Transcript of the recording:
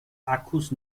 akkus